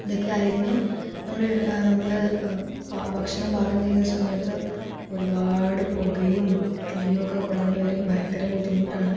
ഇത് കഴിഞ്ഞ് നമ്മൾ നമ്മൾ ഭക്ഷണം പാകം ചെയ്യുന്ന സമയത്ത് ഒരുപാട് പുകയും തീയുമൊക്കെ കൊള്ളേണ്ടി വരും ഭയങ്കര ബുദ്ധിമുട്ടാണ്